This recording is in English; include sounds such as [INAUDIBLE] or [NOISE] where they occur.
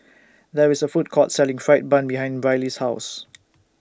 There IS A Food Court Selling Fried Bun behind Brylee's House [NOISE]